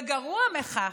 וגרוע מכך,